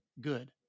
good